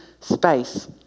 space